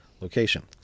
location